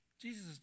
Jesus